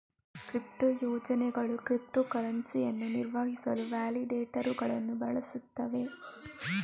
crypto ಯೋಜನೆಗಳು crypto ಕರೆನ್ಸಿಯನ್ನು ನಿರ್ವಹಿಸಲು ವ್ಯಾಲಿಡೇಟರುಗಳನ್ನು ಬಳಸುತ್ತವೆ